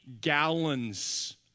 gallons